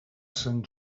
sant